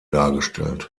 dargestellt